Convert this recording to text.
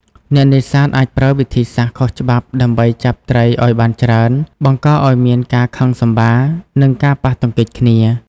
អ្នកនេសាទអាចប្រើវិធីសាស្រ្តខុសច្បាប់ដើម្បីចាប់ត្រីឱ្យបានច្រើន បង្កឱ្យមានការខឹងសម្បារ និងការប៉ះទង្គិចគ្នា។